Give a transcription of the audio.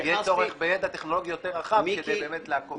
יהיה צורך בידע טכנולוגי יותר רחב כדי באמת לעקוף את זה.